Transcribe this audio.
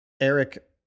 Eric